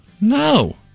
No